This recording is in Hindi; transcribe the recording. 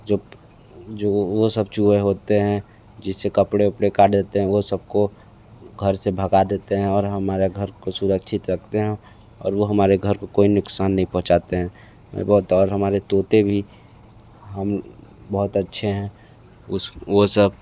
जो जो वो सब चूहे होते हैं जिस से कपड़े वपड़े काट देते हैं वो सब को घर से भगा देते हैं और हमारे घर को सुरक्षित रखते हैं और वो हमारे घर को कोई नुक़सान नहीं पहुँचाते हैं बोतदार हमारे तोते भी हम बहुत अच्छे हैं उस वो सब